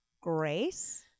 Grace